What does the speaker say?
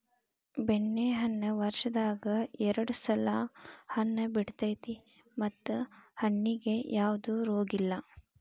ಬೆಣ್ಣೆಹಣ್ಣ ವರ್ಷದಾಗ ಎರ್ಡ್ ಸಲಾ ಹಣ್ಣ ಬಿಡತೈತಿ ಮತ್ತ ಈ ಹಣ್ಣಿಗೆ ಯಾವ್ದ ರೋಗಿಲ್ಲ